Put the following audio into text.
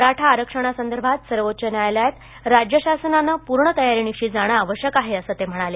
मराठा आरक्षणा संदर्भात सर्वोच्च न्यायालयात राज्य शासनानं पूर्ण तयारीनिशी जाणं आवश्यक आहे असं ते म्हणाले